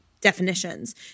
definitions